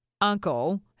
uncle